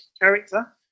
character